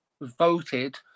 voted